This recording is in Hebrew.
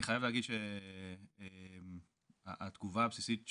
אני חייב להגיד שהתגובה הבסיסית שלי,